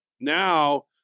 now